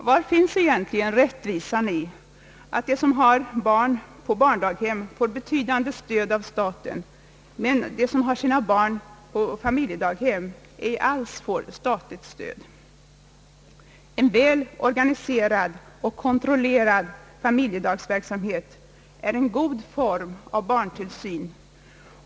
Vad finns det egentligen för rättvisa i att de som har barn på barndaghem får betydande stöd av staten, medan de som har sina barn på familjedaghem inte alls får statligt stöd. En väl organiserad och kontrollerad familjedaghemsverksamhet är en god form av barntillsyn.